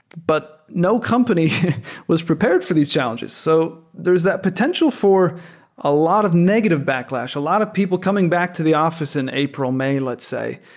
but no company was prepared for these challenges. so there is that potential for a lot of negative backlash. a lot of people coming back to the office in april, may, let's say,